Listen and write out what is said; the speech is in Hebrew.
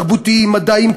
מדעיים,